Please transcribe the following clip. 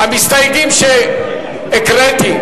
של המסתייגים שהקראתי?